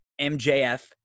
MJF